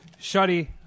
Shuddy